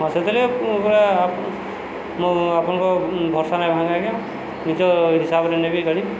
ସେଥିଲାଗି ପୁରା ମୁଁ ଆପଣଙ୍କ ଭର୍ଷା ନାଇଁ ଭାଙ୍ଗେ ଆଜ୍ଞା ନିଜ ହିସାବରେ ନେବି ଗାଡ଼ି